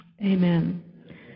Amen